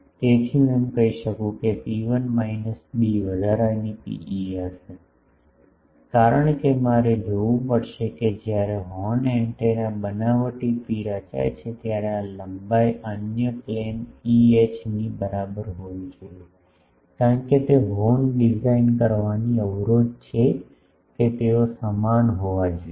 તેથી હું એમ કહી શકું છું કે ρ1 માયનસ b વધારાની pe હશે કારણ કે મારે જોવું પડશે કે જ્યારે હોર્ન ખરેખર બનાવટી પી રચાય છે ત્યારે આ લંબાઈ અન્ય પ્લેન EH ની બરાબર હોવી જોઈએ કારણ કે તે હોર્ન ડિઝાઇન કરવાની અવરોધ છે કે તેઓ સમાન હોવા જોઈએ